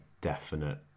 definite